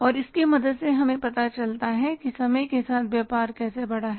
और इसकी मदद से हमें पता चलता है कि समय के साथ व्यापार कैसे बढ़ा है